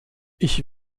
ich